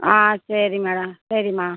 ஆ சரி மேடம் சரிம்மா